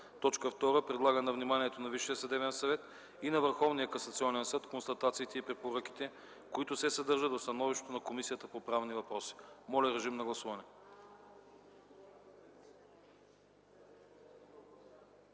г. 2. Предлага на вниманието на Висшия съдебен съвет и на Върховния касационен съд констатациите и препоръките, които се съдържат в становището на Комисията по правни въпроси.” Гласували